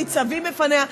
ניצבים בפניה,